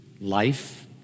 life